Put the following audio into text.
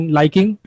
liking